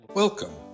Welcome